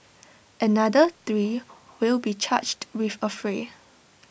another three will be charged with affray